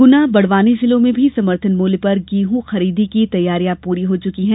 गुनाबडवानी जिलों में भी समर्थन मूल्य पर गेंह की खरीदी की तैयारियां पूरी हो चुकी है